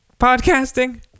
podcasting